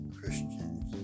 Christians